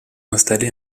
installé